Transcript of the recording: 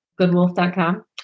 goodwolf.com